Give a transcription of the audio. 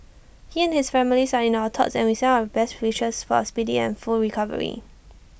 he and his family are in our thoughts and we send our best wishes for A speedy and full recovery